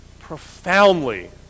profoundly